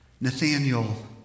Nathaniel